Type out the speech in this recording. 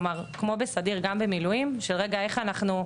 כלומר, כמו בסדיר וגם במילואים של איך אנחנו,